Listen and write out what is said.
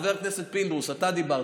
חבר הכנסת פינדרוס, אתה דיברת.